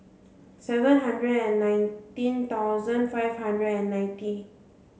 seven hundred and nineteen thousand five hundred and ninety